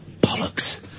bollocks